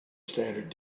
standard